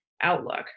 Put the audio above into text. outlook